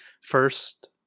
first